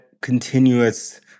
continuous